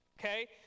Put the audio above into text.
Okay